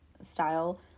style